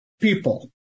people